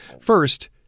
First